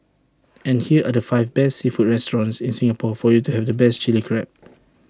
and here are the five best seafood restaurants in Singapore for you to have the best Chilli Crab